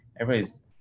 everybody's